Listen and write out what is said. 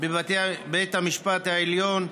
בבית המשפט העליון,